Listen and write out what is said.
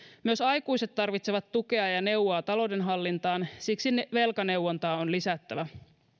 myös aikuiset tarvitsevat tukea ja neuvoa talouden hallintaan siksi velkaneuvontaa on lisättävä